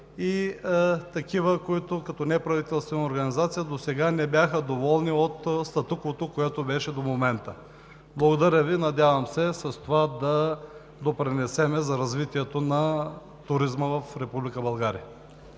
и такива, които като неправителствени организации досега не бяха доволни от статуквото, което беше до момента. Надявам се с това да допринесем за развитието на туризма в